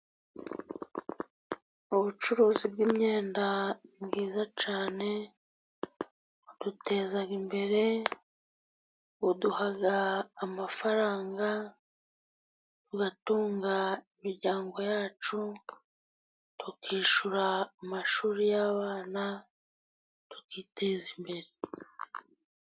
Ubucuruzi bw'imyeda ni bwiza cyane. Buteza imbere buduha amafaranga tugatunga imiryango yacu, tukishyura amashuri y'abana tukiteza imbere.